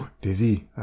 Dizzy